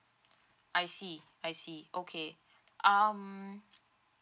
I see I see okay um